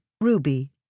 ruby